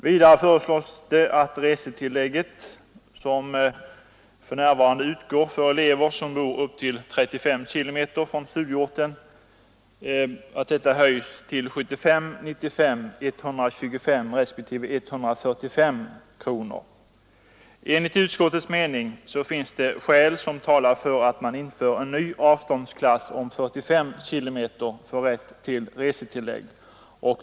Vidare föreslås att resetillägget, som för närvarande utgår för elever som bor upp till 35 kilometer från studieorten, höjs till 75, 95, 125 respektive 145 kronor. Enligt utskottets mening talar skäl för att man inför en ny avståndsklass om 45 kilometer för rätt till resetillägg.